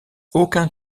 aucun